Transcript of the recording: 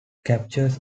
captures